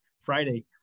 Friday –